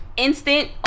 instant